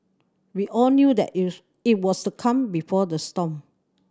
we all knew that it it was the calm before the storm